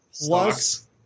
Plus